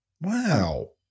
wow